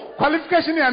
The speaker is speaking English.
qualification